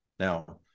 Now